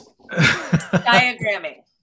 Diagramming